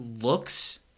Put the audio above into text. looks